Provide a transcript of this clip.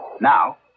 Now